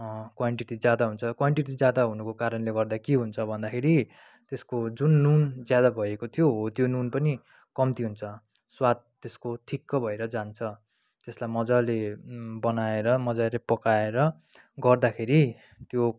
quantity ज्यादा हुन्छ quantity ज्यादा हुनुको कारण गर्दा के हुन्छ भन्दाखेरि त्यसको जुन ज्यादा भएको थियो हो त्यो नुन पनि कम्ती हुन्छ स्वाद त्यसको ठिक्क भएर जान्छ त्यसलाई मजाले बनाएर मजाले पकाएर गर्दाखेरि त्यो